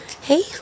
Hey